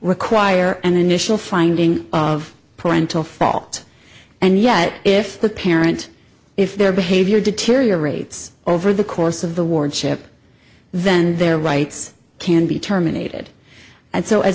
require an initial finding of parental fault and yet if the parent if their behavior deteriorates over the course of the warship then their rights can be terminated and so